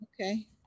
Okay